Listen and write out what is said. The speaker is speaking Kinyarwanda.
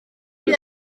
uwo